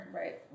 right